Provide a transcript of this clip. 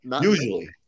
Usually